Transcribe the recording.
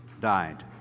died